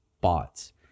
bots